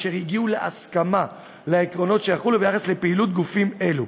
והם הגיעו להסכמה על העקרונות שיחולו ביחס לפעילות גופים אלה,